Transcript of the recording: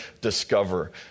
discover